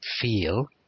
feel